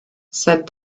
said